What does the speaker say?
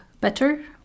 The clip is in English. better